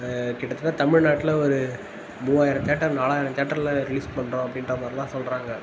கிட்ட தட்ட தமிழ்நாட்டில் ஒரு மூவாயிரம் தியேட்டர் நாலாயிரம் தியேட்டரில் ரிலீஸ் பண்ணுறோம் அப்படின்ற மாதிரி தான் சொல்கிறாங்க